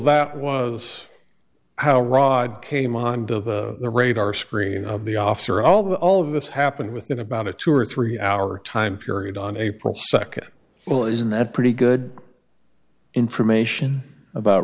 that was how rod came on the radar screen of the officer although all of this happened within about a two or three hour time period on april nd well isn't that pretty good information about